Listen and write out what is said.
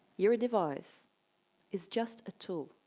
your device is just a tool.